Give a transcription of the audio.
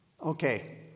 Okay